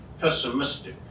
pessimistic